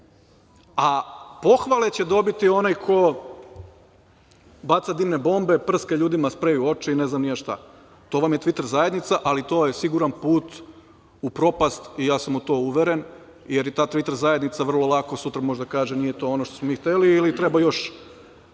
a pohvale će dobiti onaj ko baca dimne bombe, prska ljudima sprej u oči i ne znam ni ja šta. To vam je tviter zajednica, ali to je siguran put u propast i ja sam u to uveren, jer i ta tviter zajednica vrlo lako sutra može da kaže nije to ono što smo mi hteli ili treba još